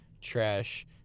trash